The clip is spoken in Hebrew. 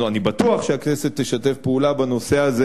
אני בטוח שהכנסת תשתף פעולה בנושא הזה,